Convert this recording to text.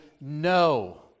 no